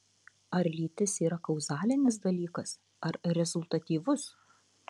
ar lytis yra kauzalinis dalykas ar rezultatyvus